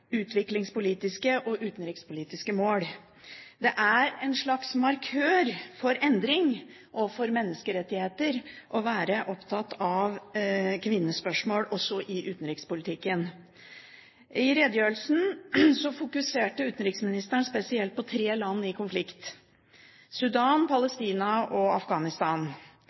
utviklingspolitiske og utenrikspolitiske mål. Det er en slags markør for endring overfor menneskerettigheter å være opptatt av kvinnespørsmål også i utenrikspolitikken. I redegjørelsen fokuserte utenriksministeren spesielt på tre land i konflikt: Sudan, Palestina og Afghanistan.